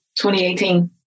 2018